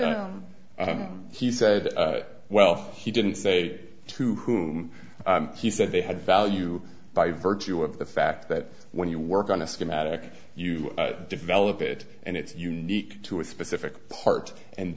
he said well he didn't say to whom he said they had value by virtue of the fact that when you work on a schematic you develop it and it's unique to a specific part and